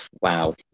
wow